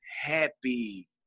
happy